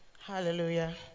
Hallelujah